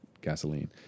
gasoline